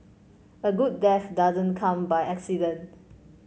a good death doesn't come by accident